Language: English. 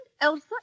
Elsa